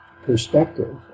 perspective